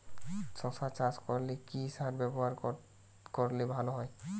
শশা চাষ করলে কি সার ব্যবহার করলে ভালো হয়?